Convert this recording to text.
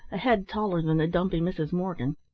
a head taller than the dumpy mrs. morgan.